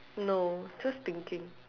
no just thinking